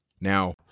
Now